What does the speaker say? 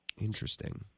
Interesting